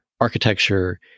architecture